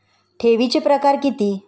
ठेवीचे प्रकार किती?